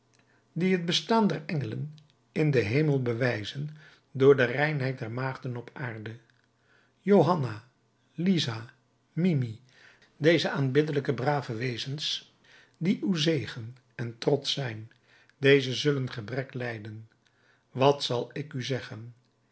die het bestaan der engelen in den hemel bewijzen door de reinheid der maagden op de aarde johanna lisa mimi deze aanbiddelijke brave wezens die uw zegen en trots zijn deze zullen gebrek lijden wat zal ik u zeggen